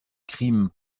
crime